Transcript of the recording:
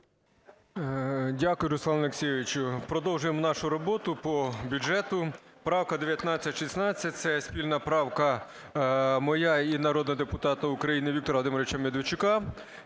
Дякую, Руслане Олексійовичу. Продовжуємо нашу роботу по бюджету. Правка 1916. Це спільна правка моя і народного депутата України Віктора Володимировича Медведчука,